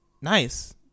Nice